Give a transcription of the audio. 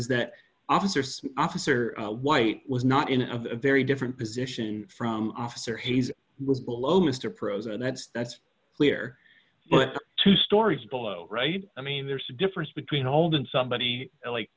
is that officer officer white was not in a very different position from officer hayes was below mister prose and that's that's clear but two stories below right i mean there's a difference between holden somebody like